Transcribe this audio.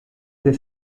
they